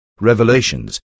Revelations